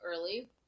early